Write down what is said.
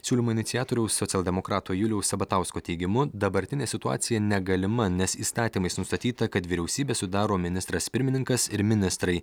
siūlymo iniciatoriaus socialdemokrato juliaus sabatausko teigimu dabartinė situacija negalima nes įstatymais nustatyta kad vyriausybę sudaro ministras pirmininkas ir ministrai